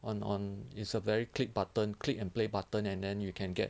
on on is a very click button click and play button and then you can get